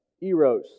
eros